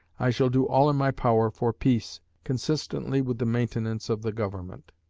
i shall do all in my power for peace, consistently with the maintenance of the government.